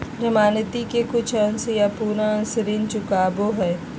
जमानती के कुछ अंश या पूरा अंश ऋण चुकावो हय